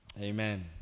Amen